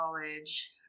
College